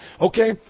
okay